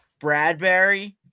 Bradbury